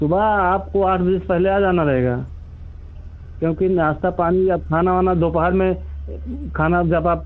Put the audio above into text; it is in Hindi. सुबह आपको आठ बजे से पहले आ जाना रहेगा क्योंकि नाश्ता पानी या खाना वाना दोपहर में खाना जब आप